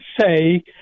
say